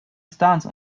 stance